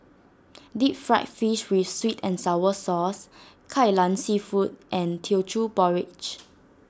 Deep Fried Fish with Sweet and Sour Sauce Kai Lan Seafood and Teochew Porridge